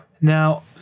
now